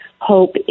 hope